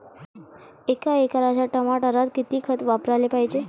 एका एकराच्या टमाटरात किती खत वापराले पायजे?